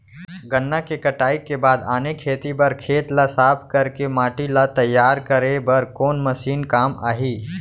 गन्ना के कटाई के बाद आने खेती बर खेत ला साफ कर के माटी ला तैयार करे बर कोन मशीन काम आही?